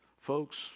Folks